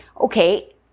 Okay